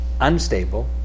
unstable